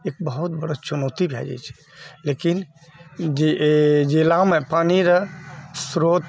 एक बहुत बड़ा चुनौती भै जाइत छै लेकिन जी जिलामे पानीरऽ स्रोत